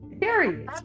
Period